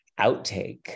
outtake